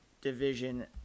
division